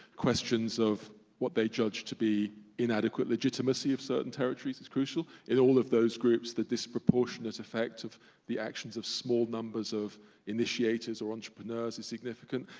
questions of what they judged to be inadequate legitimacy of certain territories is crucial. in all of those groups, the disproportionate effect of the actions of small numbers of initiators or entrepreneurs is significant.